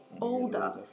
older